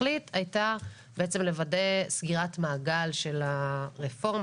התכלית הייתה בעצם לוודא סגירת מעגל של הרפורמה.